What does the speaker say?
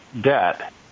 debt